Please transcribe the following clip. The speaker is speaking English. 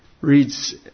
reads